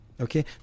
Okay